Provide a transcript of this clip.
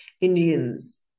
Indians